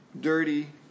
dirty